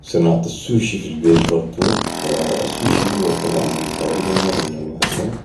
صناعة السوشي في البيت برضو السوشي هو طبعا نوع تقريباً نوع من انواع السمك